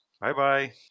Bye-bye